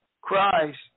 Christ